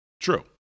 true